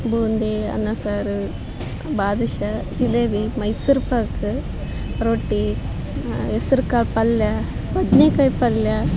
ಬೂಂದಿ ಅನ್ನ ಸಾರು ಬಾದುಶಾ ಜಿಲೇಬಿ ಮೈಸೂರುಪಾಕು ರೊಟ್ಟಿ ಹೆಸರ್ಕಾಳ್ ಪಲ್ಯ ಬದ್ನೇಕಾಯ್ ಪಲ್ಯ